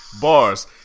Bars